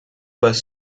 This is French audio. bas